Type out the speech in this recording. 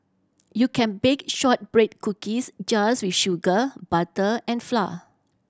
you can bake shortbread cookies just with sugar butter and flour